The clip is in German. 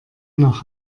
nach